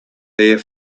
there